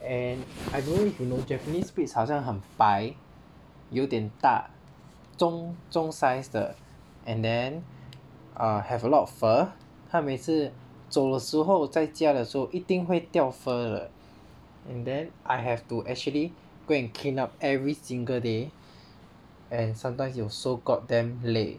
and I don't need to know japanese spitz 好像很白有点大中中 size 的 and then err have a lot of fur 它每次走的时候在家的时候一定会掉 fur 的 and then I have to actually go and clean up every single day and sometimes you're so god damn 累